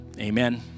Amen